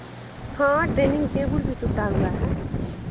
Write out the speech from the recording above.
हाँ dining table भी टूटा हुआ है